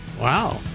Wow